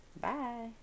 bye